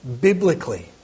biblically